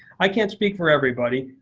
i can't speak for everybody,